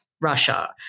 Russia